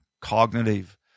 cognitive